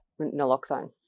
naloxone